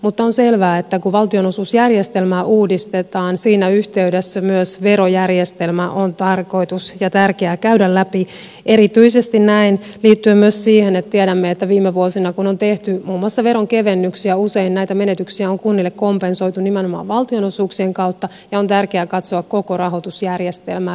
mutta on selvää että kun valtionosuusjärjestelmää uudistetaan siinä yhteydessä myös verojärjestelmää on tarkoitus ja tärkeää käydä läpi liittyen erityisesti myös siihen että tiedämme että viime vuosina kun on tehty muun muassa veronkevennyksiä usein näitä menetyksiä on kunnille kompensoitu nimenomaan valtionosuuksien kautta ja on tärkeää katsoa koko rahoitusjärjestelmää yhtäaikaisesti